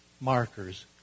markers